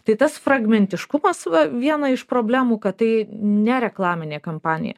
tai tas fragmentiškumas va viena iš problemų kad tai ne reklaminė kampanija